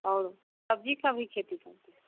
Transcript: और सब्जी का भी खेती करते हैं